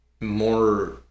more